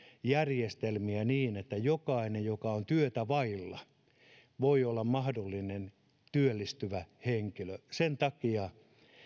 järjestelmiä niin että jokainen joka on työtä vailla voi olla mahdollinen työllistyvä henkilö sen takia